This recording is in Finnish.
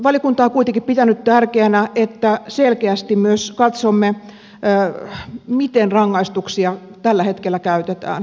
valiokunta on kuitenkin pitänyt tärkeänä että selkeästi myös katsomme miten rangaistuksia tällä hetkellä käytetään